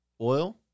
oil